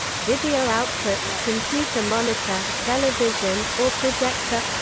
video output computer monitor, television, or projector